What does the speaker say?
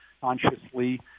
consciously